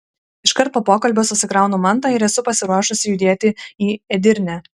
iškart po pokalbio susikraunu mantą ir esu pasiruošusi judėti į edirnę